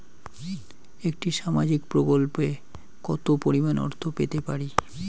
একটি সামাজিক প্রকল্পে কতো পরিমাণ অর্থ পেতে পারি?